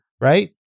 right